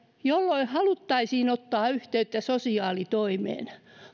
jolloin haluttaisiin ottaa yhteyttä sosiaalitoimeen